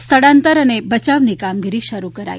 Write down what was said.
સ્થળાંતર અને બયાવની કામગીરી શરૂ કરાઇ